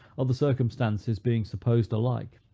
other circumstances being supposed alike.